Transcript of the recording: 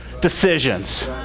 decisions